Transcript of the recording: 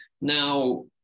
Now